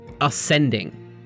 ascending